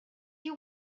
you